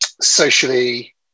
socially